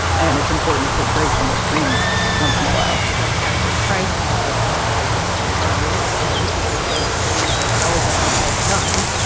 and it's important to take breaks from our screens once in a while that's catherine price, author of how to break up with your phone. don't worry. she's not saying screens are all bad all the time.